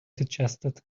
suggested